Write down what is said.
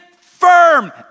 firm